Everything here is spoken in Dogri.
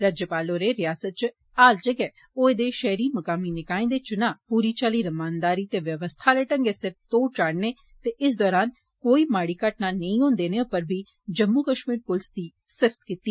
गवर्नर होरें रयासतै च हाल च गै होए दे शैहरी मकामी निकांए दे चुनां पूरी चाल्ली रमानदारी ते व्यवस्था आले ढ़गै सिर तोड़ चाढ़ने ते इस दरान कोई माड़ी घटना नेंई होने देने पर बी जम्मू कश्मीर पुलसै दी सिफ्त कीत्ती